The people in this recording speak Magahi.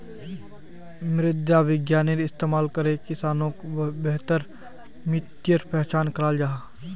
मृदा विग्यानेर इस्तेमाल करे किसानोक बेहतर मित्तिर पहचान कराल जाहा